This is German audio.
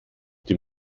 dem